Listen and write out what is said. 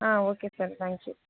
ah okay sir thank you